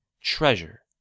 Treasure